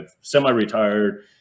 semi-retired